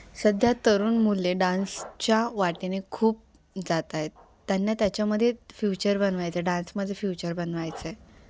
सध्या तरुण मुले डान्सच्या वाटेने खूप जात आहेत त्यांना त्याच्यामध्ये फ्युचर बनवायचं आहे डान्समध्ये फ्युचर बनवायचं आहे